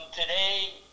today